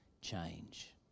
change